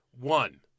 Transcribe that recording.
One